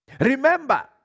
Remember